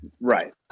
Right